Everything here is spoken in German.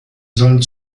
sollen